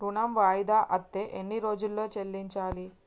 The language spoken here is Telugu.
ఋణం వాయిదా అత్తే ఎన్ని రోజుల్లో చెల్లించాలి?